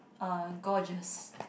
uh gorgeous